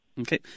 Okay